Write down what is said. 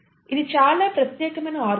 ఇది చాలా ప్రత్యేకమైన ఆర్గానెల్